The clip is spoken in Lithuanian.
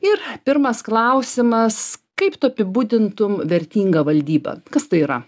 ir pirmas klausimas kaip tu apibūdintum vertingą valdybą kas tai yra